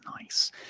nice